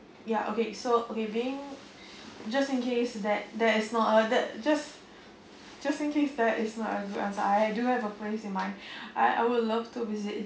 ya okay so okay being just in case that that is not a that just just in case that is not a good answer I do have a place in mind I I would love to visit